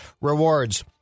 rewards